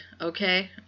okay